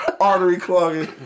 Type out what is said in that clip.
artery-clogging